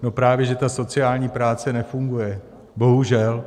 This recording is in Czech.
Právě že ta sociální práce nefunguje, bohužel.